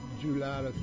July